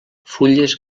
fulles